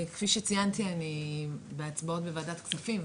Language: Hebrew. כפי שציינתי אני בהצבעות בוועדות כספים,